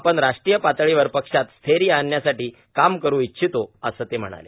आपण राष्ट्रीय पातळीवर पक्षात स्थैर्य आणण्यासाठी काम करू इच्छितो असं ते म्हणाले